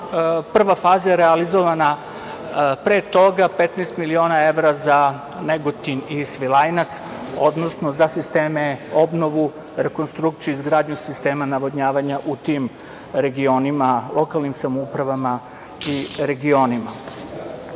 Prva faza je realizovana pre toga, 15 miliona evra za Negotin i Svilajnac, odnosno za sisteme, obnovu, rekonstrukciju, izgradnju sistema navodnjavanja u tim regionima, lokalnim samoupravama i regionima. Ono